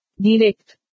Direct